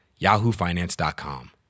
YahooFinance.com